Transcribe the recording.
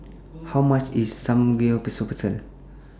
How much IS Samgeyopsal